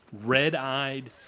Red-eyed